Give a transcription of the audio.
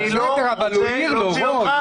בסדר, אבל הוא העיר לו, רול.